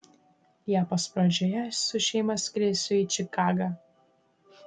liepos pradžioje su šeima skrisiu į čikagą